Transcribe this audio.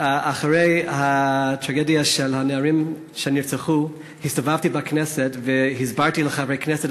אחרי הטרגדיה של רצח הנערים הסתובבתי בכנסת והסברתי לחברי כנסת